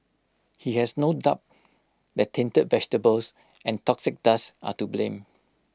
he has no doubt that tainted vegetables and toxic dust are to blame